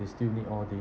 you still need all the~